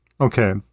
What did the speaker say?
Okay